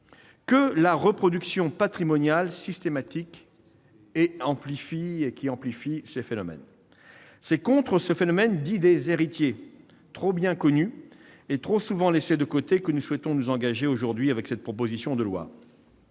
que la reproduction patrimoniale systématique et amplifiée. C'est contre ce phénomène dit « des héritiers », trop bien connu et trop souvent laissé de côté, que nous souhaitons nous engager aujourd'hui avec cette proposition de loi.